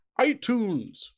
iTunes